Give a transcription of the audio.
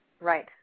Right